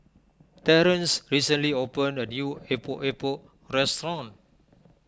Terrance recently opened a new Epok Epok restaurant